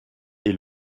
est